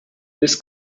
this